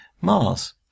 Mars